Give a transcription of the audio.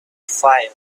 fire